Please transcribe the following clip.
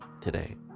today